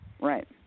right